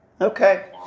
Okay